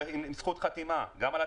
ועם זכות חתימה לאותו רפרנט או רפרנטית